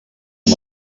amb